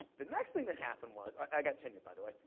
the next thing that happened was, i got tenure by the way.